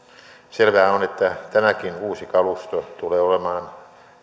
selvää on että tämäkin uusi kalusto tulee olemaan